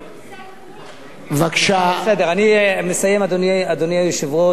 בסדר, אני מסיים, אדוני היושב-ראש.